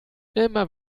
immer